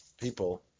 people